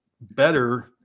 better